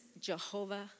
Jehovah